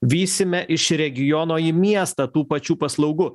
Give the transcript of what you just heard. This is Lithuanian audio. vysime iš regiono į miestą tų pačių paslaugų